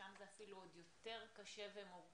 ששם זה אפילו עוד יותר קשה ומורכב,